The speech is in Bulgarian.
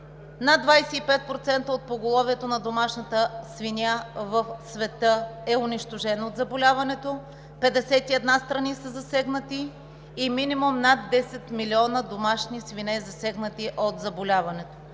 над 25% от поголовието на домашната свиня в света е унищожено от заболяването, 51 страни са засегнати и минимум над 10 милиона домашни свине са засегнати от заболяването.